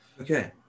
Okay